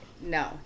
no